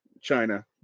China